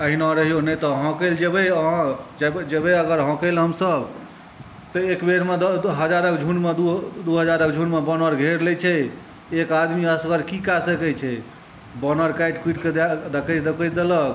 एहिना रहियो नहि तऽ हाँकय लए जेबै अहाँ जेबै एकबेर हाँकय लए हमसब तँ एकबेरमे हजार दू हजारक झुण्डमे बानर घेर लै छै एक आदमी असगर की कए सकै छै बानर काटि कुटिकए दकचि दुकचि देलक